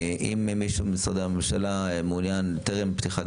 אם מישהו ממשרדי הממשלה מעוניין טרם פתיחת